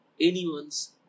anyone's